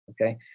okay